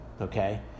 okay